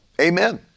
Amen